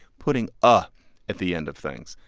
putting ah at the end of things.